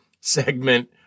segment